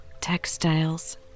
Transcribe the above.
textiles